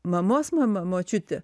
mamos mama močiutė